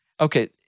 Okay